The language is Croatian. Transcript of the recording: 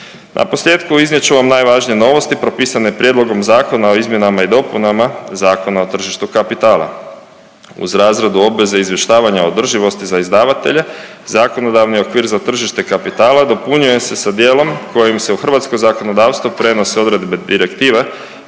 Naposljetku, iznijet ću vam najvažnije novosti propisane prijedlogom zakona o izmjenama i dopunama Zakona o tržištu kapitala. Uz razradu obveze izvještavanja o održivosti za izdavatelje, zakonodavni okvir za tržište kapitala dopunjuje se sa dijelom kojim se u hrvatsko zakonodavstvo prenose odredbe Direktive